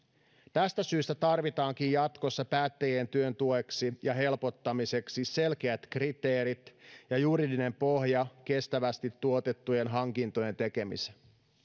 tästä syystä tarvitaankin jatkossa päättäjien työn tueksi ja helpottamiseksi selkeät kriteerit ja juridinen pohja kestävästi tuotettujen hankintojen tekemiseen